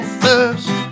thirst